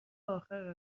آخر